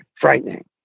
frightening